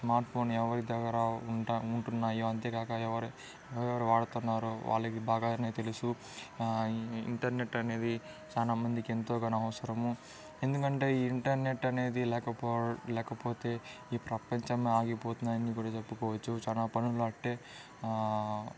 smart phone ఎవరి దగ్గర ఉంటా ఉంటున్నాయో అంతేగాక ఎవరెవరు వాడుతున్నారో వాళ్లకు బాగానే తెలుసు ఇంటర్నెట్ అనేది చాలా మందికి ఎంతో గాను అవసరం ఎందుకంటే ఈ ఇంటర్నెట్ అనేది లేకపోవడం లేకపోతే ఈ ప్రపంచం ఆగిపోతుంది అని కూడా చెప్పుకోవచ్చు చాలా పనులు అట్టే